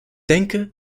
denke